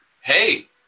Hey